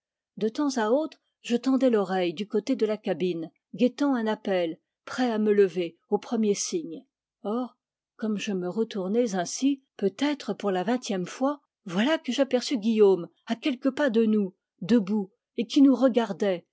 de temps à autre je tendais l'oreille du côté de la cabine guettant un appel prêt à me lever au premier signe or comme je me retournais ainsi peut-être pour la vingtième fois voilà que j'aperçus guillaume à quelques pas de nous debout et qui nous regardait